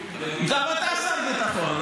------ גם אתה שר ביטחון.